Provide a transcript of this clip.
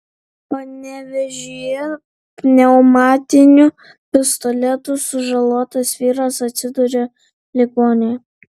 panevėžyje pneumatiniu pistoletu sužalotas vyras atsidūrė ligoninėje